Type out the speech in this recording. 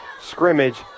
scrimmage